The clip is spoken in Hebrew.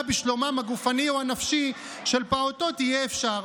בשלומם הגופני או הנפשי של פעוטות יהיה אפשר.